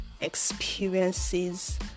experiences